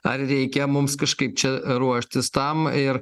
ar reikia mums kažkaip čia ruoštis tam ir